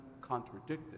contradicted